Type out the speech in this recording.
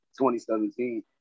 2017